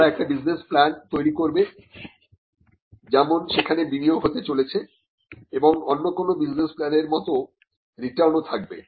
তারা একটি business plan তৈরি করবে যেমন সেখানে বিনিয়োগ হতে চলেছে এবং অন্য কোন বিজনেস প্ল্যানের এর মত রিটার্নও থাকবে